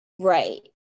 Right